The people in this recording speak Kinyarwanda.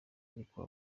ariko